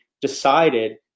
decided